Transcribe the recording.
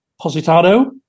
Positado